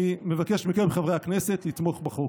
אני מבקש מכם, חברי הכנסת, לתמוך בחוק.